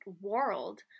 world